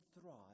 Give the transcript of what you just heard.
thrive